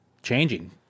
changing